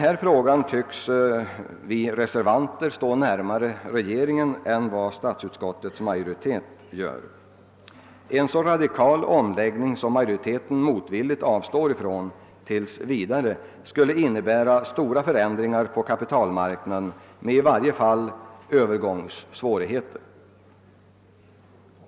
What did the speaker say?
I denna fråga tycks vi reservanter stå regeringen närmare än vad statsutskottets majoritet gör. En så radikal omläggning som den majoriteten tills vidare motvilligt avstår från skulle innebära stora förändringar på kapital marknaden med i varje fall vissa övergångssvårigheter.